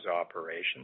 operations